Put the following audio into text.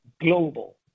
global